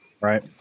right